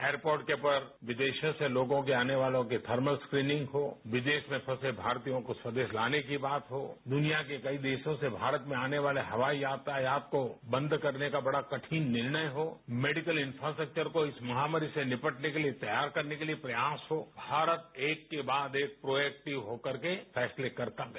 airport पर विदेशों से आने वाले लोगों के थर्मल स्क्रीनिंस्क्रीनिंग हों विदेश में फंसे भारतीयों को स्वदेश लाने की बात हो दुनिया के कई देशों से भारत में आने वाले हवाई यातायात को बंद करने का बड़ा कठिन निर्णय हो मेडिकल इंफ्रास्टेक्चर को इस महामारी से निपटने के लिए तैयार करने के लिए प्रयास हों भारत एक के बाद एक प्रोएक्टिव होकर के फैसले करता गया